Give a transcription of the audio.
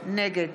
נגד